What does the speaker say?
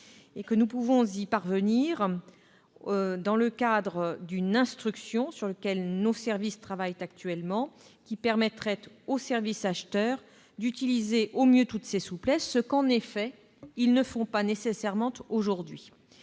Nous pouvons y parvenir dans le cadre d'une instruction sur laquelle nos services travaillent actuellement et qui permettrait aux services acheteurs d'utiliser au mieux toutes ces souplesses, ce que, en effet, ils ne font pas aujourd'hui.